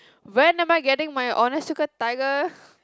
when am I getting my Onitsuka-Tiger